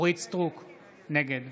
נגד